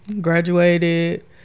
graduated